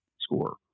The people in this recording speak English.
score